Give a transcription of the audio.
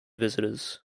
visitors